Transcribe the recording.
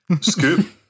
Scoop